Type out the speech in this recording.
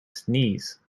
sneeze